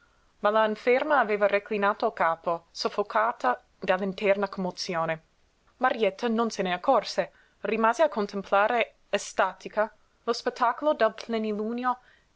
ma la inferma aveva reclinato il capo soffocata dall'interna commozione marietta non se ne accorse rimase a contemplare estatica lo spettacolo del